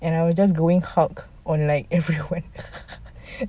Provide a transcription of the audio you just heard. and I was just going hulk on like everywhere